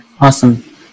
Awesome